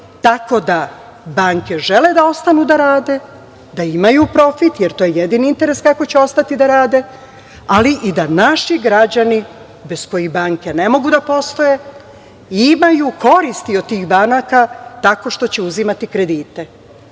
tako da banke žele da ostanu da rade, da imaju profit, jer to je jedini interes kako će ostati da rade, ali i da naši građani bez kojih banke ne mogu da postoje, imaju koristi od tih banaka, tako što će uzimati kredite. Šta